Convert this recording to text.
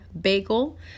bagel